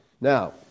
Now